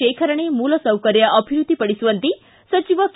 ಶೇಖರಣೆ ಮೂಲಸೌಕರ್ಯ ಅಭಿವೃದ್ದಿಪಡಿಸುವಂತೆ ಸಚಿವ ಕೆ